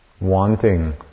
wanting